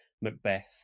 Macbeth